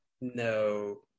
No